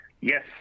Yes